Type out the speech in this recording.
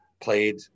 played